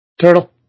Turtle